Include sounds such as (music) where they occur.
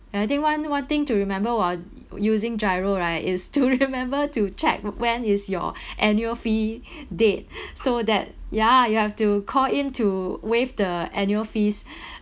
and I think one one thing to remember while using GIRO right is to (laughs) remember to check when is your (breath) annual fee (breath) date (breath) so that ya you have to call in to waive the annual fees (breath)